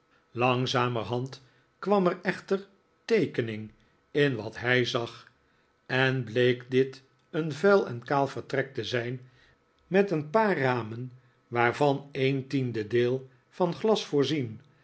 langzamerhand kwam er echter teekening in wat hij zag en bleek dit een vuil en kaal vertrek te zijn met een paar ramen waarvan een tiende deel van glas voorzien